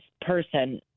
person